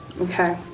Okay